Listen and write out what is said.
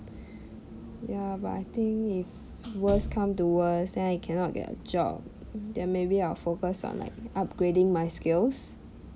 ya but I think if worse come to worse then I cannot get a job then maybe I'll focus on like upgrading my skills